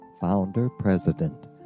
founder-president